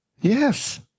Yes